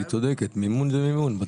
היא צודקת, מימון זה מימון.